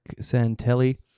Santelli